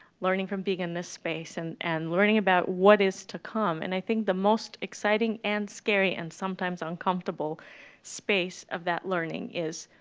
learning from being in this space and and learning about what is to come, and i think the most exciting and scary and sometimes uncomfortable space of that learning is